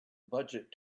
budget